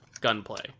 gunplay